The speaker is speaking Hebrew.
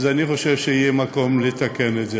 אני חושב שיהיה מקום לתקן את זה.